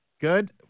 Good